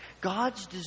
God's